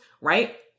right